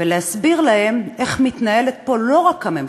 ולהסביר להם איך מתנהלת פה לא רק הממשלה,